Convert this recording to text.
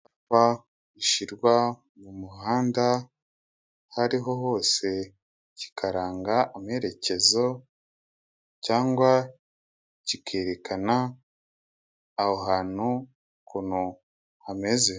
Icyapa gishyirwa mu muhanda aho ariho hose. Kikaranga amerekezo cyangwa, kikerekana aho ahantu ukuntu hameze.